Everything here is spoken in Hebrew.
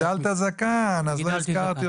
מעבר לברכות,